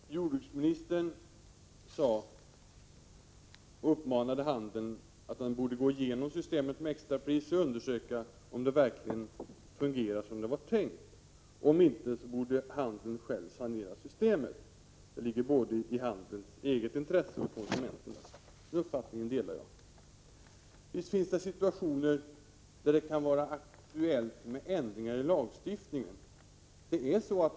Herr talman! Jordbruksministern uppmanade handeln att den borde gå igenom systemet med extrapriser och undersöka om det verkligen fungerar som det var tänkt. Om inte, borde handeln själv sanera systemet. Det ligger både i handelns eget intresse och i konsumenternas intresse. Den uppfattningen delar jag. Visst finns det situationer där det kan vara aktuellt med ändringar i lagstiftningen.